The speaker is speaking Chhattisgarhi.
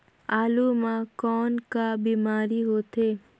आलू म कौन का बीमारी होथे?